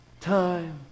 time